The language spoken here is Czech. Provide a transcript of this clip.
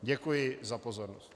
Děkuji za pozornost.